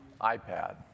iPad